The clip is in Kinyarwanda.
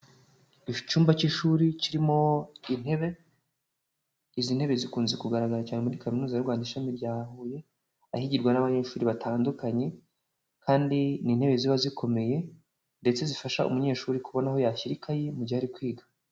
Icyumba cy'ishuri kirimo intebe, izi ntebe zikunze kugaragara cyane muri kaminuza y'u Rwanda ishami rya Huye, ahigirwa n'abanyeshuri batandukanye kandi ni intebe ziba zikomeye, ndetse zifasha umunyeshuri kubona aho yashyira ikayi mu gihe ari kwiga.